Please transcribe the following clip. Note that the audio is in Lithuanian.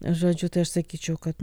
žodžiu tai aš sakyčiau kad